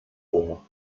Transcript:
vor